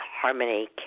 harmony